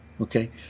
okay